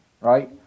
right